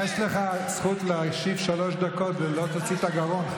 יש לך זכות להשיב שלוש דקות ולא תוציא את הגרון.